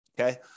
Okay